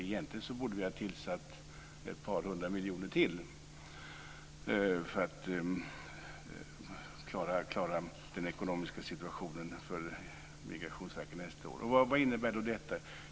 Egentligen borde vi ha avsatt ett par hundra miljoner till för att klara den ekonomiska situationen för Migrationsverket nästa år. Vad innebär då detta?